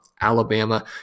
Alabama